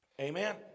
Amen